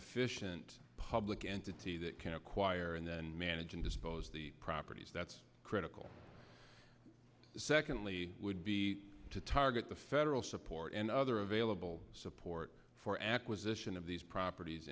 efficient public entity that can acquire and then manage and dispose the properties that's critical secondly would be to target the federal support and other available support for acquisition of these properties